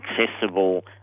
accessible